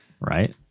Right